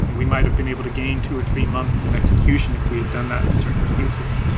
and we might have been able to gain two or three months in execution if we had done that in certain cases.